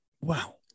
Wow